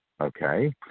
Okay